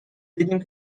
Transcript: دیدیم